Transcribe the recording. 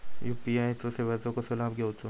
UPI सेवाचो कसो लाभ घेवचो?